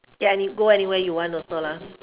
ya you go anywhere you want also lah